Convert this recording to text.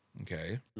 Okay